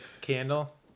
candle